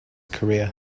career